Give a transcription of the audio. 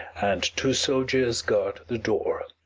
and two soldiers guard the door